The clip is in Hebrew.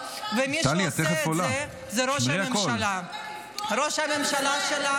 ומי שעושה את זה הוא ראש הממשלה.